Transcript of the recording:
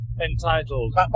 entitled